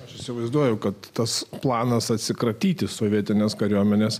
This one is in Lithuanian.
aš įsivaizduoju kad tas planas atsikratyti sovietinės kariuomenės